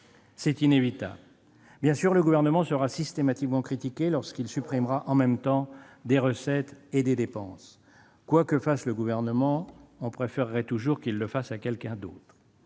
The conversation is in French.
C'est inévitable : bien sûr, le Gouvernement sera systématiquement critiqué lorsqu'il supprimera en même temps des recettes et des dépenses. Quoi qu'il fasse, on préférerait toujours qu'il le fasse à quelqu'un d'autre.